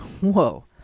whoa